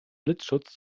blitzschutz